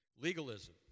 Legalism